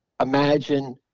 imagine